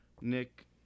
Nick